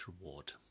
reward